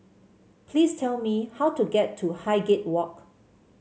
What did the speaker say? please tell me how to get to Highgate Walk